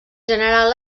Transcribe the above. general